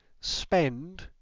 spend